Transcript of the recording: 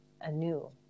anew